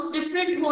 Different